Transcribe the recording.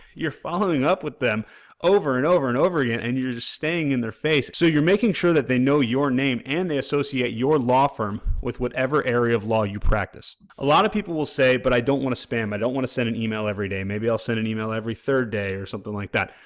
you're following up with them over and over and over again and you're just staying in their face. so, you're making sure that they know your name and they associate your law firm with whatever area of law you practice. a lot of people will say but i don't want to spam, i don't want to send an email every day, maybe i'll send an email every third day or something like that.